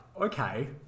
Okay